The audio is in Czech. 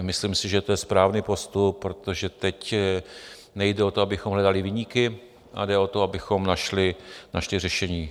Myslím si, že to je správný postup, protože teď nejde o to, abychom hledali viníky, ale jde o to, abychom našli řešení.